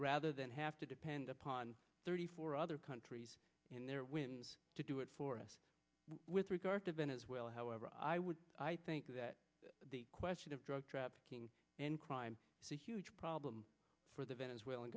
rather than have to depend upon thirty four other countries in their wins to do it for us with regard to venezuela however i would i think that the question of drug trafficking and crime so huge problem for the venezuelan